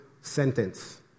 sentence